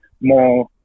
more